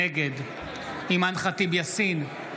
נגד אימאן ח'טיב יאסין,